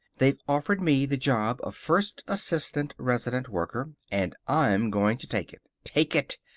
they've offered me the job of first assistant resident worker. and i'm going to take it. take it!